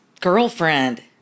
girlfriend